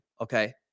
okay